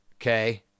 okay